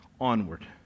onward